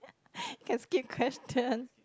can skip question